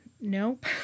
nope